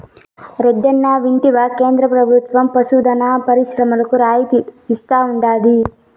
రెడ్డన్నా ఇంటివా కేంద్ర ప్రభుత్వం పశు దాణా పరిశ్రమలకు రాయితీలు ఇస్తా ఉండాది